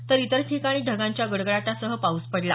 तर इतर ठिकाणी ढगांच्या गडगडाटासह पाऊस पडला